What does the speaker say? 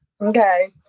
Okay